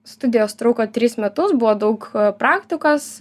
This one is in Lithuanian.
studijos truko tris metus buvo daug praktikos